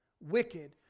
wicked